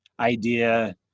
idea